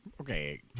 Okay